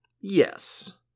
yes